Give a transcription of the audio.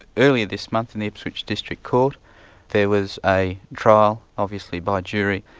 earlier this month in the ipswich district court there was a trial, obviously by jury,